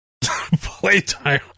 playtime